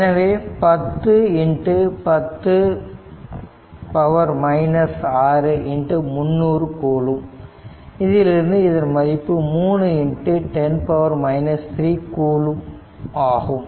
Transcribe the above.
எனவே இது 10× 10 6×300 கூலும் இதிலிருந்து இதன் மதிப்பு 3×10 3 கூலும்ப் ஆகும்